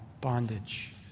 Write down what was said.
bondage